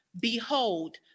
Behold